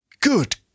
Good